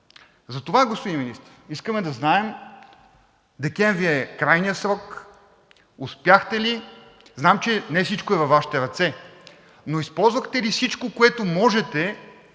Затова, господин Министър, искаме да знаем – декември е крайният срок: успяхте ли? Знам, че не всичко е във Вашите ръце, но използвахте ли всичко, което можете,